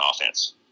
offense